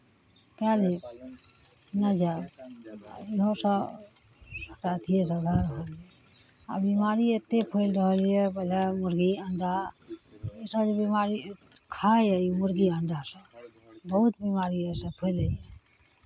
कए लै नहि जायब नओ सए हुनका अथिए गड़बड़ा रहलि यए आब बीमारी एतेक फैल रहल यए बजहऽ मुर्गी अण्डा इसब जे बीमारी खाइए ई मुर्गी अण्डा सभ बहुत बीमारी ओहिसँ फैलै छै